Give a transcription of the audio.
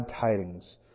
tidings